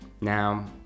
Now